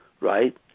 right